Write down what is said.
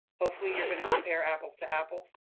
hopefully you're going to compare apples to apples,